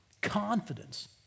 confidence